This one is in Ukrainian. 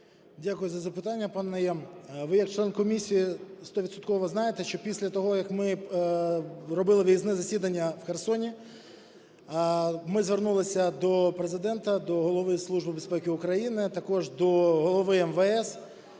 Дякую за запитання, панеНайєм. Ви як член комісії стовідсотково знаєте, що після того, як ми робили виїзне засідання в Херсоні, ми звернулися до Президента, до Голови Служби безпеки України, а також до голови МВС